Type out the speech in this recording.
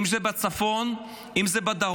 אם זה בצפון, אם זה בדרום,